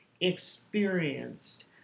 experienced